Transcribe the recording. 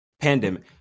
Pandemic